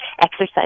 exercise